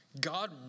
God